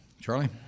Charlie